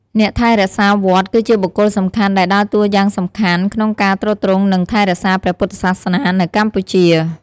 អ្នកថែរក្សាវត្ត គឺជាបុគ្គលសំខាន់ដែលដើរតួយ៉ាងសំខាន់ ក្នុងការទ្រទ្រង់ និងថែរក្សាព្រះពុទ្ធសាសនានៅកម្ពុជា។